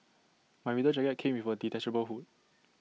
my winter jacket came with A detachable hood